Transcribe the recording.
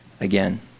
again